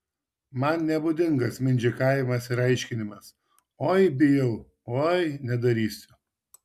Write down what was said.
man nebūdingas mindžikavimas ir aiškinimas oi bijau oi nedarysiu